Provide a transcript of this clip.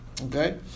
Okay